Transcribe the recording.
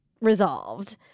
resolved